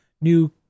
new